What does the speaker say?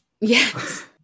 Yes